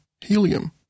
Helium